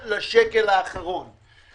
עד רמה של קריאה שנייה ושלישית ושינויים תקציביים.